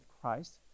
Christ